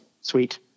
Sweet